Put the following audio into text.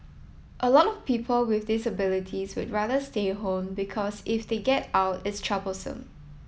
a lot of people with disabilities would rather stay home because if they get out it's troublesome